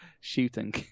shooting